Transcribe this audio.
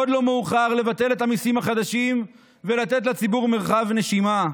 עוד לא מאוחר לבטל את המיסים החדשים ולתת לציבור מרחב נשימה.